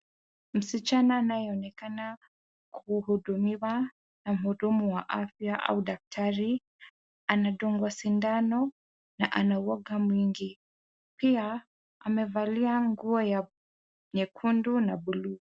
Msichana anaye onekana kuhudumiwa na mhudumu wa afya au daktari, anadungwa sindano na ana uwoga mwingi. Pia, amevalia nguo ya nyekundu na bluu.